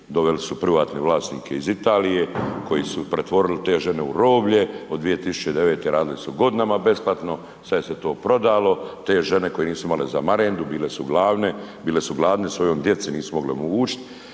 doveli su privatne vlasnike iz Italije koji su pretvorili te žene u roblje od 2009. radile su godinama besplatno, sad je se to prodalo, te žene koje nisu imale za marendu, bile su gladne, bile su gladne svojoj djeci nisu mogle omogućiti,